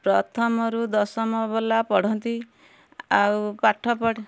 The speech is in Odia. ପ୍ରଥମରୁ ଦଶମ ବାଲା ପଢ଼ନ୍ତି ଆଉ ପାଠପଢ଼ା